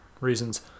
reasons